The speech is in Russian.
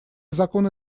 законы